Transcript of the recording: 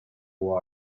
water